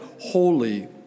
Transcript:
holy